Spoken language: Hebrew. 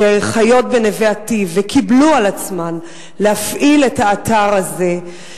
שחיות בנווה-אטי"ב וקיבלו על עצמן להפעיל את האתר הזה.